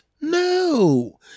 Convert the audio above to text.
no